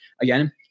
Again